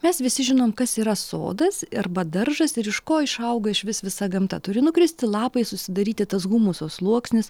mes visi žinom kas yra sodas arba daržas ir iš ko išauga išvis visa gamta turi nukristi lapai susidaryti tas humuso sluoksnis